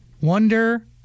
Wonder